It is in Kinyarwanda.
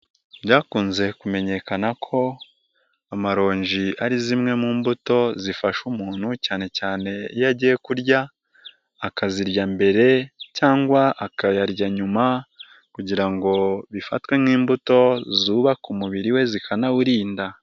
Byakunze kumenyekana ko amaronji ari zimwe mu mbuto zifasha umuntu cyane cyane iyo agiye kurya, akazirya mbere cyangwa akayarya nyuma kugira ngo bifatwe nk'imbuto zubaka umubiri we zikanawurinda.